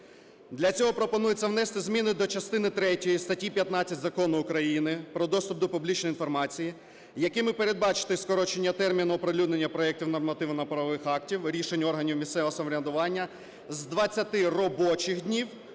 Для цього пропонується внести зміни до частини третьої статті 15 Закону України "Про доступ до публічної інформації", якими передбачити скорочення терміну оприлюднення проектів нормативно-правових актів і рішень органів місцевого самоврядування з 20 робочих днів